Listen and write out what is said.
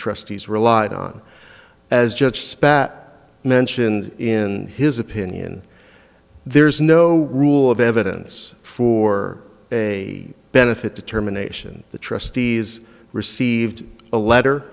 trustees relied on as judge spat mentioned in his opinion there's no rule of evidence for a benefit determination the trustees received a letter